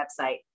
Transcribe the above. website